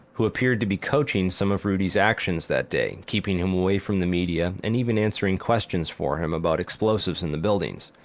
who appeared to be coaching some of rudy's actions that day, keeping him away from the media and even answering questions for him about explosives in the buildings.